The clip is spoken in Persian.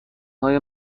های